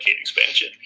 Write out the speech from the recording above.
expansion